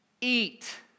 Eat